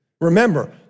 Remember